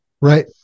Right